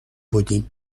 بودیم